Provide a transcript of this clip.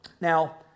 Now